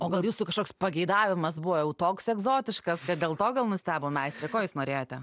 o gal jūsų kažkoks pageidavimas buvo jau toks egzotiškas kad dėl to gal nustebo meistrė ko jūs norėjote